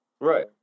Right